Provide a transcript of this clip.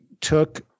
took